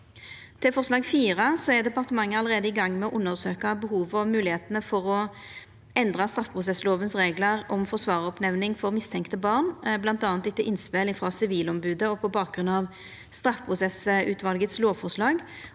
sammenheng. Departementet er allerede i gang med å undersøke behovet og mulighetene for å endre straffeprosesslovens regler, som forsvareroppnevning for mistenkte barn, bl.a. etter innspill fra Sivilombudet og på bakgrunn av straffeprosessutvalgets lovforslag.